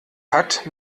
hat